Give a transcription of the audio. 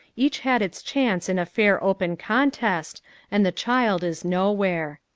each had its chance in a fair open contest and the child is nowhere.